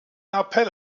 appell